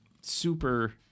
Super